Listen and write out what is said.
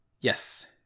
Yes